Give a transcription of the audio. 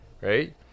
right